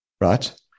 right